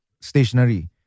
stationary